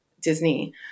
Disney